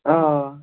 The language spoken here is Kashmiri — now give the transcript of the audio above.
آ آ